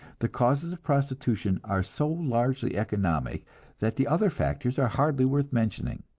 the causes of prostitution are so largely economic that the other factors are hardly worth mentioning.